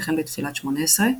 וכן בתפילת שמונה עשרה.